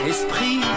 esprit